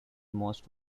most